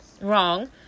wrong